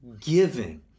giving